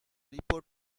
report